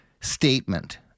statement